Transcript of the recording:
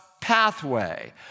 pathway